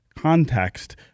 context